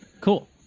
Cool